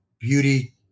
beauty